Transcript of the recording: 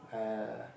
I uh